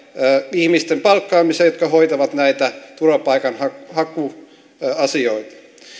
ihmisten palkkaamiseen jotka hoitavat näitä turvapaikanhakuasioita